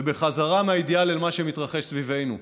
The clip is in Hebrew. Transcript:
ובחזרה מהאידיאל אל מה שמתרחש סביבנו.